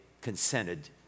consented